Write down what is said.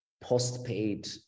post-paid